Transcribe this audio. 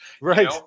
Right